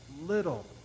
little